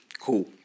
cool